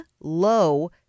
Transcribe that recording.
low